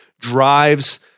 drives